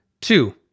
Two